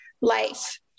life